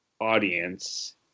audience